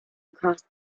across